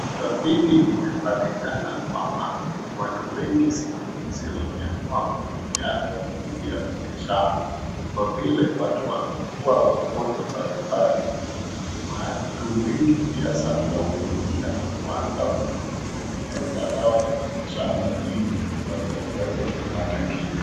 Tafiti imepatikana kwamba watu wengi siku hizi wameamua kutumia dawa mingi ya miti shamba kwa vile watu wanaugua magonjwa mbalimbali watu wengi pia sasa wamekuja na kuanza kutengeneza dawa ya miti shamba ili watu waweze kupata kinga.